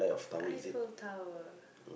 Eiffel Tower